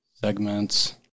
segments